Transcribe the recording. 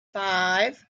five